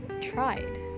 tried